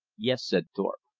yes, said thorpe.